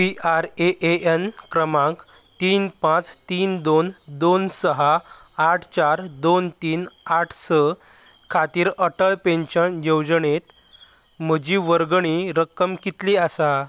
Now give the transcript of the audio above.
PRAN क्रमांक तीन पांच तीन दोन दोन स आठ चार दोन तीन आठ स खातीर अटल पेन्शन येवजणेंत म्हजी वर्गणी रक्कम कितली आसा